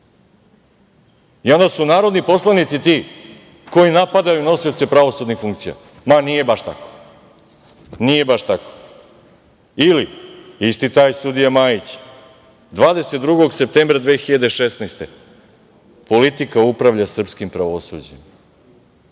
i onda su narodni poslanici ti koji napadaju nosioce pravosudnih funkcija. Ma nije baš tako. Nije baš tako. Isti taj sudija Majić 22. septembra 2016. godine – politika upravlja srpskim pravosuđem.